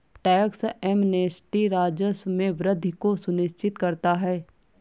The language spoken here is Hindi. टैक्स एमनेस्टी राजस्व में वृद्धि को सुनिश्चित करता है